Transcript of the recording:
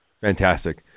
Fantastic